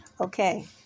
Okay